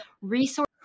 resource